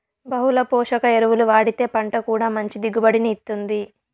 బహుళ పోషక ఎరువులు వాడితే పంట కూడా మంచి దిగుబడిని ఇత్తుంది